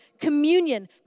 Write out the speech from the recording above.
communion